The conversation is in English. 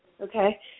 Okay